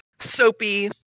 Soapy